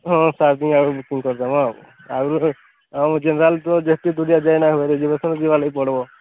ହଁ ଚାରିଦିନ ଆଗରୁ ବୁକିଙ୍ଗ କରିଦେବା ଆଗରୁ ଆଉ ଜେନେରାଲ ତ ଯେତିକି ଦୁରିଆ ଯାଇ ନାଇଁ ହୁଏ ରିଜର୍ଭେସନ୍ ଯିବା ଲାଗି ପଡ଼ିବ